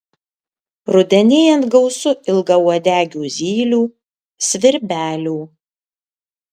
rudenėjant gausu ilgauodegių zylių svirbelių